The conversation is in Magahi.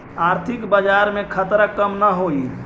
आर्थिक बाजार में खतरा कम न हाई